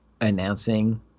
announcing